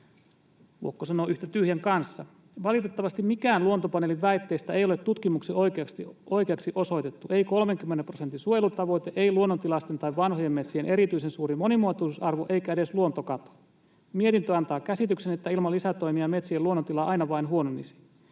Vuokko sanoo, ”yhtä tyhjän kanssa. Valitettavasti mikään Luontopaneelin väitteistä ei ole tutkimuksin oikeaksi osoitettu, ei 30 prosentin suojelutavoite, ei luonnontilaisten tai vanhojen metsien erityisen suuri monimuotoisuusarvo eikä edes luontokato. Mietintö antaa käsityksen, että ilman lisätoimia metsien luonnontila aina vain huononisi.